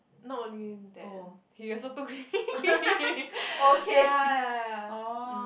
not only that he also too clingy ya ya mm